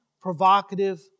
provocative